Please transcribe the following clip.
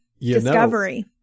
discovery